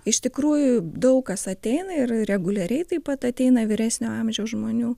iš tikrųjų daug kas ateina ir reguliariai taip pat ateina vyresnio amžiaus žmonių